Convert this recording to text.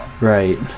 Right